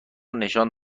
نشان